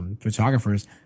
photographers